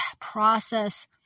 process